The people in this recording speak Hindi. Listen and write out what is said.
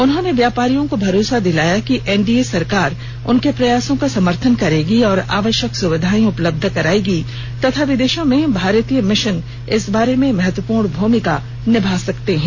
उन्होंने व्यापारियों को भरोसा दिलाया कि एनडीए सरकार उनके प्रयासों का समर्थन करेगी और आवश्यक सुविधाएं उपलब्ध कराएगी तथा विदेशों में भारतीय मिशन इस बारे में महत्वपूर्ण भूमिका निभा सकते हैं